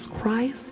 Christ